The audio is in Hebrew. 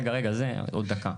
רגע, רגע, זה עוד דקה.